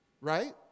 Right